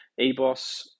EBOS